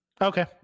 Okay